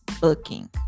booking